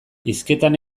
hizketan